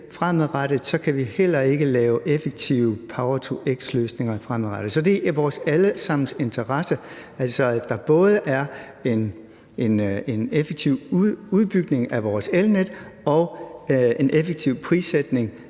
fremadrettet, kan vi heller ikke lave effektive power-to-x-løsninger fremadrettet. Så det er i vores allesammens interesse, at der både er en effektiv udbygning af vores elnet og en effektiv prissætning